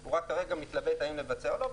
הוא רק כרגע מתלבט האם לבצע או לא,